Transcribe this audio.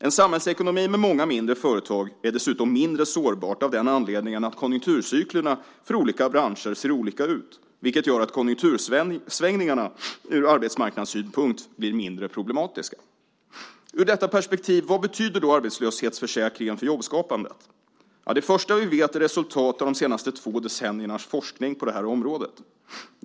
En samhällsekonomi med många mindre företag är dessutom mindre sårbar av den anledningen att konjunkturcyklerna för olika branscher ser olika ut, vilket gör att konjunktursvängningarna ur arbetsmarknadssynpunkt blir mindre problematiska. Ur detta perspektiv: Vad betyder då arbetslöshetsförsäkringen för jobbskapande? Ja, det första vi vet är resultatet av de senaste två decenniernas forskning på det här området.